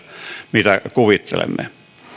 mitä kuvittelemme